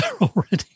already